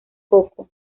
coco